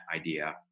idea